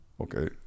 okay